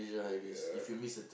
ya